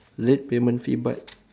late payment fee but